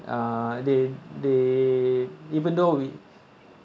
uh they they even though we